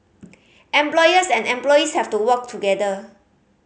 employers and employees have to work together